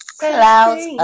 clouds